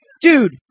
Dude